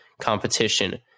competition